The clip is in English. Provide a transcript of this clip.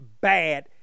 bad